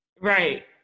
right